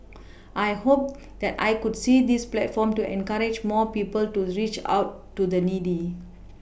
I hope that I could see this platform to encourage more people to reach out to the needy